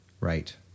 Right